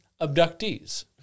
abductees